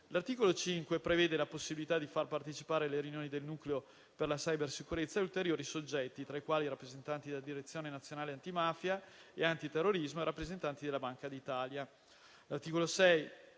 L'articolo 5 prevede la possibilità di far partecipare alle riunioni del Nucleo per la cybersicurezza ulteriori soggetti, tra i quali rappresentanti della Direzione nazionale antimafia e antiterrorismo e rappresentanti della Banca d'Italia,